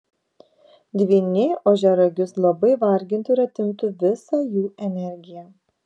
dvyniai ožiaragius labai vargintų ir atimtų visą jų energiją